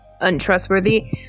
untrustworthy